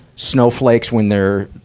snowflakes when there,